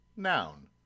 Noun